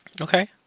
Okay